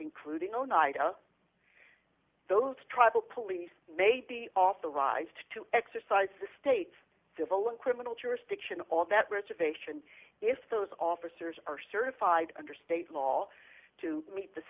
including oneida those tribal police may be authorized to exercise the state's criminal jurisdiction all that reservations if those officers are certified under state law to meet the